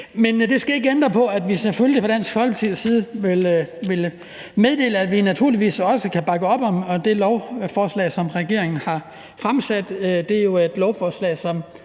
Men det skal ikke ændre på, at vi selvfølgelig fra Dansk Folkepartis side vil meddele, at vi naturligvis også kan bakke op om det lovforslag, som regeringen har fremsat. Det er jo et lovforslag, som